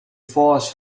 foss